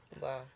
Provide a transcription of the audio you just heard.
Wow